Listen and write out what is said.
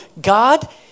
God